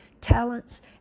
talents